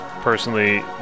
personally